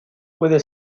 puede